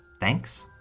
thanks